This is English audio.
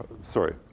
sorry